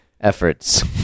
efforts